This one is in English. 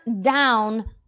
down